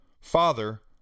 Father